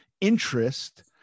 interest